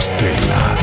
Stella